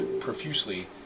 profusely